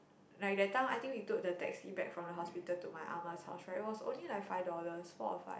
like that time I think we took the taxi back from the hospital to my ah ma's house right it was like only five dollars four or five